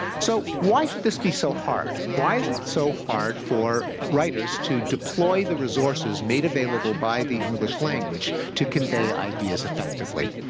so why should this be so hard? why is it so hard for writers to deploy the resources made available by the english language to convey ideas effectively?